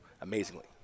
amazingly